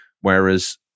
whereas